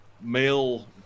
male